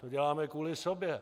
To děláme kvůli sobě.